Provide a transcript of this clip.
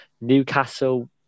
Newcastle